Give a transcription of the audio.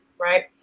right